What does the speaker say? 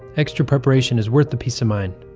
extra preparation is worth the peace of mind.